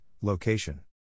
location